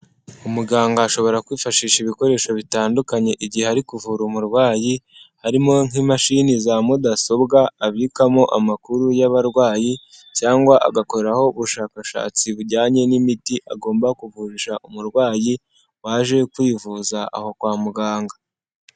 Umuganga ashobora kwifashisha ibikoresho bitandukanye igihe ari kuvura umurwayi, harimo nk'imashini za mudasobwa abikamo amakuru y'abarwayi, cyangwa agakoraho ubushakashatsi bujyanye n'imiti agomba kuvurisha umurwayi, waje kwivuza aho kwa muganga.